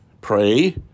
pray